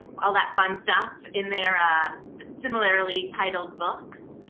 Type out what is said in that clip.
ah that fun stuff in their ah similar ly titled books.